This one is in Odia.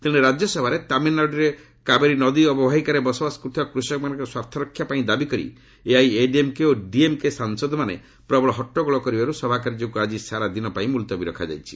ତେଶେ ରାଜ୍ୟସଭାରେ ତାମିଲନାଡୁର କାବେରୀ ନଦୀ ଅବବାହିକାରେ ବସବାସ କରୁଥିବା କୃଷକମାନଙ୍କ ସ୍ୱାର୍ଥରକ୍ଷା ପାଇଁ ଦାବିକରି ଏଆଇଏଡିଏମ୍କେ ଓ ଡିଏମ୍କେ ସାଂସଦମାନେ ପ୍ରବଳ ହଟ୍ଟଗୋଳ କରିବାରୁ ସଭାକାର୍ଯ୍ୟକୁ ଆକି ସାରା ଦିନ ପାଇଁ ମୁଲତବୀ ରଖାଯାଇଛି